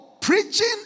Preaching